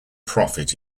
profit